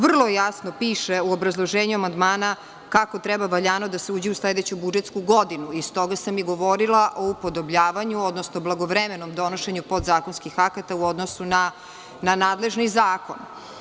Vrlo jasno piše u obrazloženju amandmana kako treba valjano da se uđe u sledeću budžetsku godinu i stoga sam i govorila o upodobljavanju, odnosno blagovremenom donošenju podzakonskih akata u odnosu na nadležni zakon.